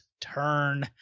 turn